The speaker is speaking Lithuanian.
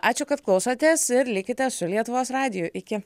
ačiū kad klausotės ir likite su lietuvos radiju iki